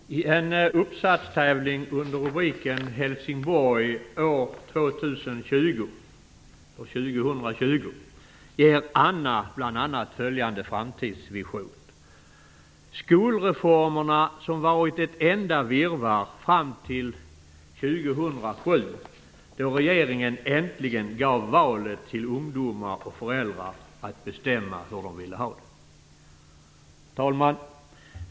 Herr talman! I en uppsatstävling med rubriken "Helsingborg år 2020" ger Anna bl.a. följande framtidsvision. "Skolreformerna som varit ett enda virr-varr fram till 2007, då regeringen äntligen gav valet till ungdomar och föräldrar att bestämma hur de ville ha det." Herr talman!